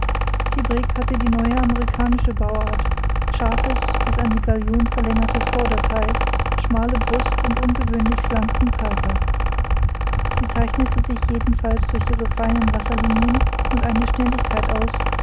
die brigg hatte die neue amerikanische bauart scharfes bis an die gallion verlängertes vordertheil schmale brust und ungewöhnlich schlanken körper sie zeichnete sich jedenfalls durch ihre feinen wasserlinien und eine schnelligkeit aus